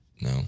No